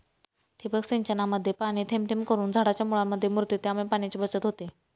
ठिबक सिंचनामध्ये पाणी थेंब थेंब करून झाडाच्या मुळांमध्ये मुरते, त्यामुळे पाण्याची बचत होते